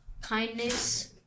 kindness